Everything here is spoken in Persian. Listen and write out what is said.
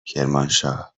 کرمانشاه